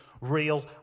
real